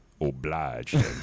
Obliged